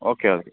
okay okay